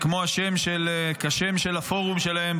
כשם הפורום שלהם,